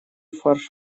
фарш